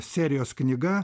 serijos knyga